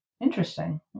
Interesting